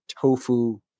tofu